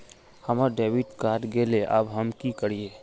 हमर debit card हरा गेले अब हम की करिये?